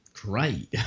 Great